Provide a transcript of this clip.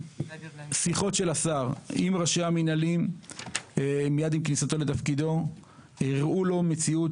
השיחות של השר עם ראשי המנהלים מיד עם כניסתו לתפקידו הראו לו מציאות